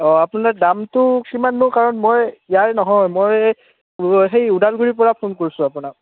অঁ আপোনাৰ দামটো কিমান মোৰ কাৰণ মই ইয়াৰ নহয় মই সেই ওদালগুৰিৰপৰা ফোন কৰিছোঁ আপোনাক